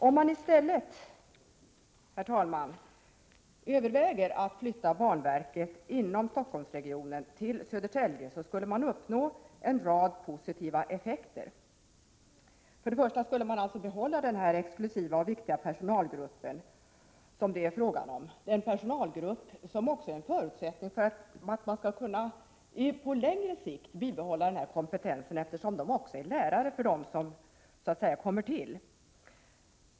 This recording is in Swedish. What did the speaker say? Om man i stället, herr talman, överväger att flytta banverket inom Stockholmsregionen, till Södertälje, skulle man uppnå en rad positiva effekter. Till att börja med skulle man alltså behålla den exklusiva och viktiga personalgrupp som det är fråga om, den personalgrupp som också är en förutsättning för att man skall kunna på längre sikt bibehålla kompetensen, eftersom denna personal också är lärare för dem som senare anställs.